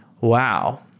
Wow